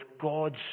God's